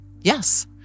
Yes